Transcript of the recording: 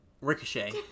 Ricochet